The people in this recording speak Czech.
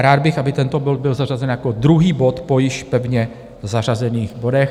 Rád bych, aby tento bod byl zařazen jako druhý bod po již pevně zařazených bodech.